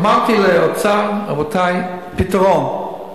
אמרתי לאוצר: רבותי, פתרון.